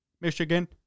Michigan